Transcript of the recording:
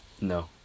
No